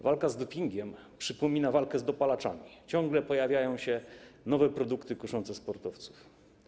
Walka z dopingiem przypomina walkę z dopalaczami, ciągle pojawiają się nowe produkty kuszące sportowców.